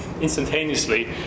instantaneously